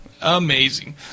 Amazing